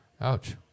Ouch